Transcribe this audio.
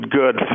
good